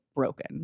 Broken